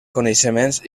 coneixements